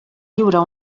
lliurar